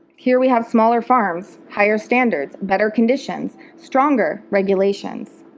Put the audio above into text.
here we have smaller farms. higher standards. better conditions. stronger regulations.